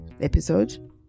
episode